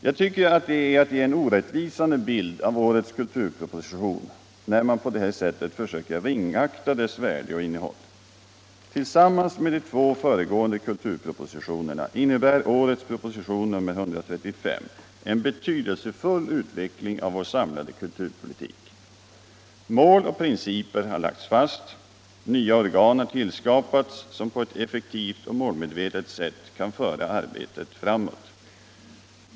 Jag tycker att det är att ge en orättvisande bild av årets kulturproposition när man på detta sätt försöker ringakta dess värde och innehåll. Tillsammans med de två föregående kulturpropositionerna innebär årets proposition nr 135 en betydelsefull utveckling av vår samlade kulturpolitik. Mål och principer har lagts fast. Nya organ har tillskapats som på eu effektivt och målmedvetet sätt kan föra arbetet framåt.